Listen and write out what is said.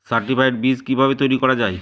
Certified বি কিভাবে তৈরি করা যায়?